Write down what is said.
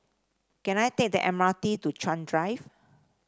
can I take the M R T to Chuan Drive